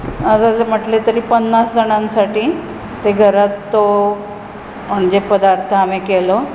जवळ जवळ म्हणटलें तरी पन्नास जाणां साठ ते घरांत तो म्हणजें पदार्थ हावें केलो